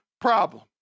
problem